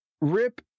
Rip